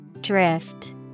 Drift